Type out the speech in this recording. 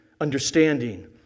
understanding